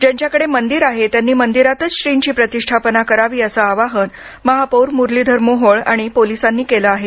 ज्यांच्याकडे मंदिर आहे त्यांनी मंदिरातच श्रींची प्रतिष्ठापना करावी असं आवाहन महापौर मुरलीधर मोहोळ आणि पोलिसांनी केलं आहे